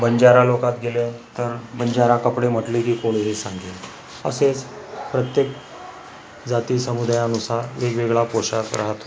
बंजारा लोकात गेलं तर बंजारा कपडे म्हटले की कोणीही सांगेल असेच प्रत्येक जाती समुदायानुसार वेगवेगळा पोशाख राहतो